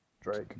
Drake